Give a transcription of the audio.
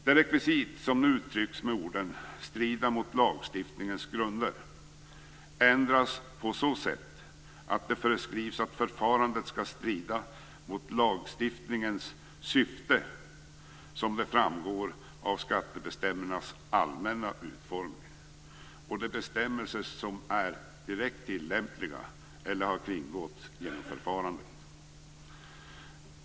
Det rekvisit som nu uttrycks med orden "strida mot lagstiftningens grunder" ändras på så sätt att det föreskrivs att förfarandet "skall strida mot lagstiftningens syfte, som det framgår av skattebestämmelsernas allmänna utformning, och de bestämmelser som är direkt tillämpliga eller har kringgåtts genom förfarandet".